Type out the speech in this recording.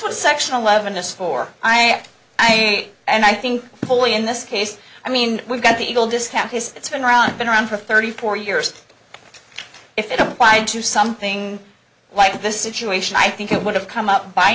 what section eleven s for i am and i think fully in this case i mean we've got the eagle disc happiest it's been around been around for thirty four years if it applied to something like the situation i think it would have come up by